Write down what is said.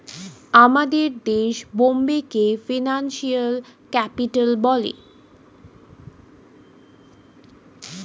আমাদের দেশে বোম্বেকে ফিনান্সিয়াল ক্যাপিটাল বলে